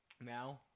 now